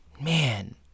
Man